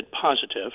positive